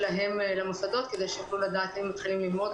שלהם למוסדות כדי שיוכלו לדעת אם הם מתחילים ללמוד,